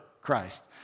Christ